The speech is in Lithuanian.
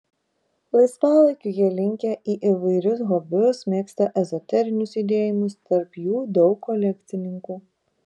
laisvalaikiu jie linkę į įvairius hobius mėgsta ezoterinius judėjimus tarp jų daug kolekcininkų